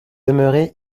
demeuré